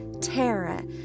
Tara